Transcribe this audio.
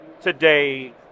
today